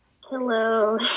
Hello